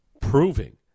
proving